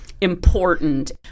important